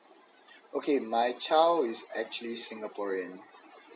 okay my child is actually singaporean